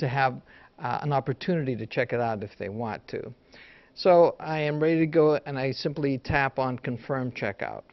to have an opportunity to check it out if they want to so i am ready to go and i simply tap on confirm checkout